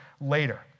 later